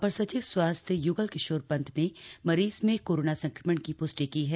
अपर सचिव स्वास्थ्य य्गल किशोर पंत ने की मरीज में कोरोना संक्रमण की प्ष्टि की है